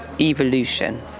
evolution